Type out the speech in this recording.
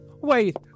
Wait